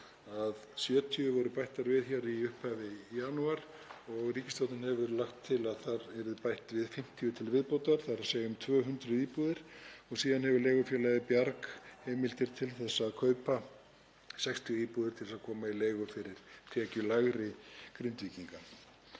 70 var bætt við hér í upphafi janúar og ríkisstjórnin hefur lagt til að þar verði bætt við 50 til viðbótar, þ.e. um 200 íbúðir, og síðan hefur leigufélagið Bjarg heimildir til að kaupa 60 íbúðir til að koma í leigu fyrir tekjulægri Grindvíkinga.